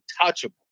untouchable